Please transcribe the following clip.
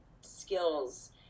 skills